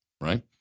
right